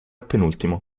penultimo